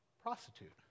prostitute